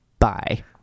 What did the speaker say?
bye